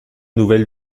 nouvelle